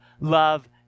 love